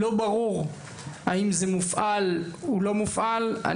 לא ברור האם זה מופעל או לא מופעל.